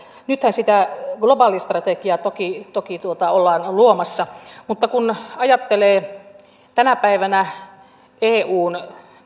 nythän sitä globaalistrategiaa toki toki ollaan luomassa mutta kun ajattelee tänä päivänä eun